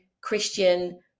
Christian